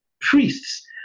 Priests